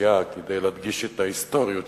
הסיעה כדי להדגיש את ההיסטוריות